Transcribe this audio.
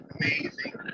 amazing